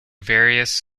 various